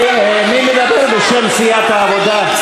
מי מדבר בשם סיעת העבודה?